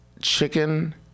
chicken